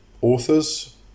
authors